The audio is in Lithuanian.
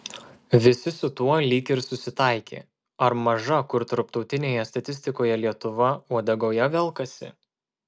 visi su tuo lyg ir susitaikė ar maža kur tarptautinėje statistikoje lietuva uodegoje velkasi